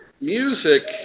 music